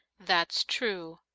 that's true,